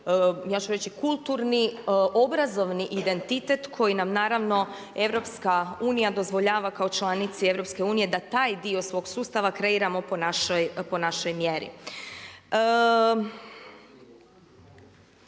ja ću reći kulturni obrazovni identitet koji nam naravno EU dozvoljava kao članici EU da taj dio svog sustava kreiramo po našoj mjeri.